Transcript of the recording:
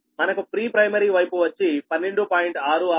మనకు pre primary వైపు వచ్చి 12